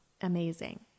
amazing